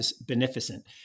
beneficent